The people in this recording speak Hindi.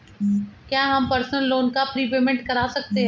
क्या हम पर्सनल लोन का प्रीपेमेंट कर सकते हैं?